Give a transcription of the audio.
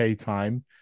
time